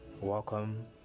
welcome